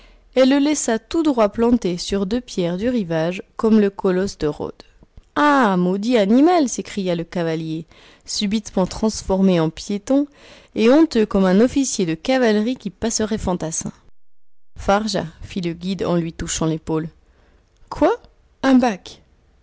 et le laissa tout droit planté sur deux pierres du rivage comme le colosse de rhodes ah maudit animal s'écria le cavalier subitement transformé en piéton et honteux comme un officier de cavalerie qui passerait fantassin farja fit le guide en lui touchant l'épaule quoi un bac